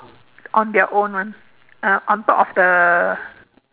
on their own [one] uh on top of the